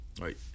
right